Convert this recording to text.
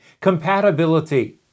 compatibility